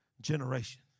generation